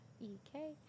E-K